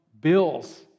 bills